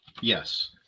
yes